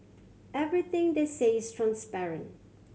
everything they say is transparent